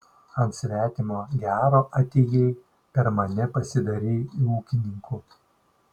ant svetimo gero atėjai per mane pasidarei ūkininku